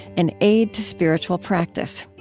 an aid to spiritual practice.